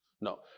No